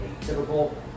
typical